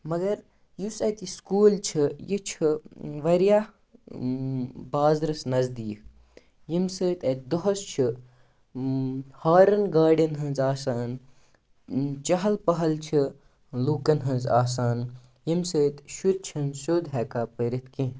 مگر یُس اَتہِ یہِ سکوٗل چھِ یہِ چھُ واریاہ بازرَس نَزدیٖک ییٚمہِ سۭتۍ اَتہِ دۄہَس چھِ ہارَن گاڑٮ۪ن ہٕنٛز آسان چہَل پَہل چھِ لوٗکَن ہٕنٛز آسان ییٚمہِ سۭتۍ شُرۍ چھِنہٕ سیوٚد ہٮ۪کان پٔرِتھ کینٛہہ